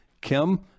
Kim